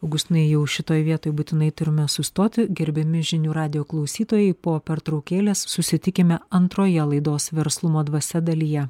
augustinai jau šitoj vietoj būtinai turime sustoti gerbiami žinių radijo klausytojai po pertraukėlės susitikime antroje laidos verslumo dvasia dalyje